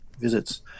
visits